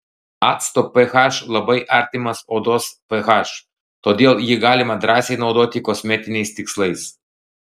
acto ph labai artimas odos ph todėl jį galite drąsiai naudoti kosmetiniais tikslais